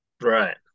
Right